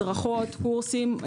הדרכות, קורסים.